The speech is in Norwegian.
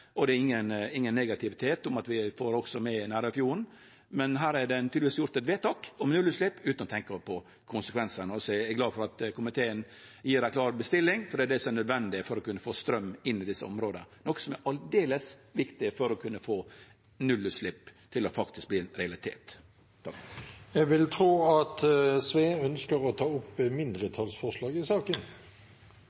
og det er ingen negativitet med tanke på at vi også får med Nærøyfjorden. Her er det tydelegvis gjort eit vedtak om nullutslepp utan å tenkje på konsekvensane. Så eg er glad for at komiteen gjev ei klar bestilling, for det er det som er nødvendig for å kunne få straum inn i desse områda, noko som er aldeles viktig for å kunne få nullutslepp til faktisk å verte ein realitet. Presidenten vil tro at representanten Sve ønsker å ta opp